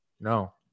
No